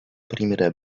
primera